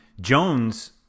Jones